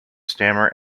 stammer